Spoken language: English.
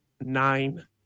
nine